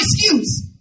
excuse